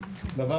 ב',